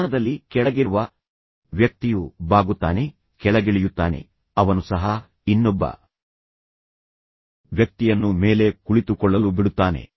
ಸ್ಥಾನದಲ್ಲಿ ಕೆಳಗಿರುವ ವ್ಯಕ್ತಿಯು ಬಾಗುತ್ತಾನೆ ಕೆಳಗಿಳಿಯುತ್ತಾನೆ ಅವನು ಸಹ ಇನ್ನೊಬ್ಬ ವ್ಯಕ್ತಿಯನ್ನು ಮೇಲೆ ಕುಳಿತುಕೊಳ್ಳಲು ಬಿಡುತ್ತಾನೆ